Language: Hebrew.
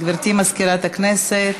גברתי מזכירת הכנסת,